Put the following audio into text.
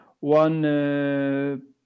One